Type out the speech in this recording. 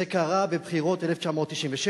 זה קרה בבחירות 1996,